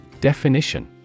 Definition